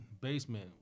basement